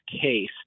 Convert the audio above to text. case